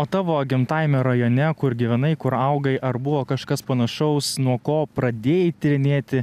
o tavo gimtajame rajone kur gyvenai kur augai ar buvo kažkas panašaus nuo ko pradėjai tyrinėti